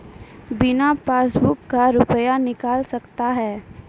बिना पासबुक का रुपये निकल सकता हैं?